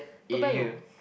Toa-Payoh